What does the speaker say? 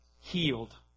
Healed